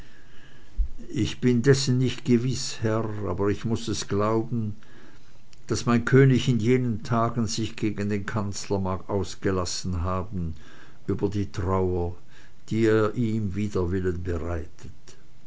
ich bin dessen nicht gewiß herr aber ich muß es glauben daß mein könig in jenen tagen sich gegen den kanzler mag ausgelassen haben über die trauer die er ihm wider willen bereitet